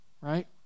right